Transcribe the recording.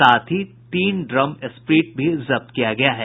साथ ही तीन ड्रम स्प्रिट भी जब्त किया गया है